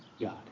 God